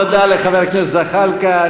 תודה לחבר הכנסת זחאלקה.